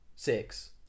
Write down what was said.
Six